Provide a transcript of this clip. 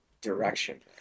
direction